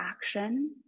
action